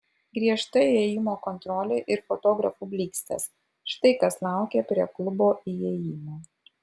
griežta įėjimo kontrolė ir fotografų blykstės štai kas laukė prie klubo įėjimo